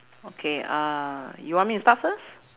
okay uh you want me to start first